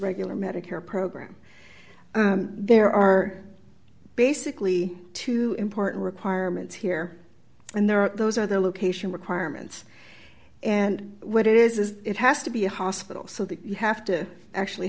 regular medicare program there are basically two important requirements here and there are those are the location requirements and what it is is it has to be a hospital so that you have to actually